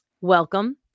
welcome